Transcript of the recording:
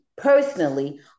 personally